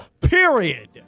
period